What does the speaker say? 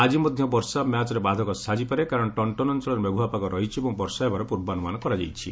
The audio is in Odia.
ଆଜି ମଧ୍ୟ ବର୍ଷା ମ୍ୟାଚ୍ରେ ବାଧକ ସାଜିପାରେ କାରଣ ଟନଟନ୍ ଅଞ୍ଚଳରେ ମେଘୁଆ ପାଗ ରହିଛି ଏବଂ ବର୍ଷା ହେବାର ପୂର୍ବାନୁମାନ କରାଯାଇଛି